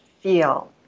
feel